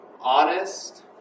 honest